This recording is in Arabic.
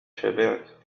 شبعت